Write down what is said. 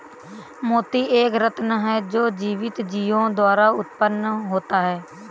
मोती एक रत्न है जो जीवित जीवों द्वारा उत्पन्न होता है